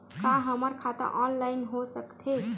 का हमर खाता ऑनलाइन हो सकथे?